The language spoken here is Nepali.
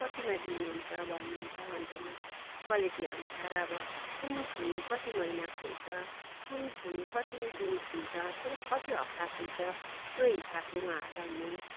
कतिमा दिनुहुन्छ भन्नुहुन्छ अन्त म त क्वालिटी अनुसार अब कुन फुल कति महिना फुल्छ कुन फुल कति दिन फुल्छ कुन कति हप्ता फुल्छ त्यो हिसाबले उहाँहरूलाई म